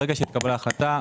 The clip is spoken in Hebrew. ברגע שהתקבלה החלטה,